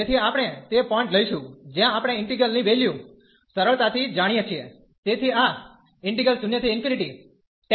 તેથી આપણે તે પોઇન્ટ લઈશું જ્યાં આપણે ઈન્ટિગ્રલ ની વેલ્યુ સરળતાથી જાણીએ છીએ તેથી આ છે